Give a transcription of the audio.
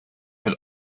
fil